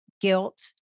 guilt